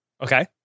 Okay